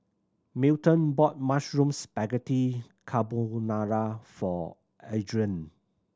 Milton bought Mushroom Spaghetti Carbonara for Adriene